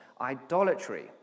idolatry